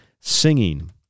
singing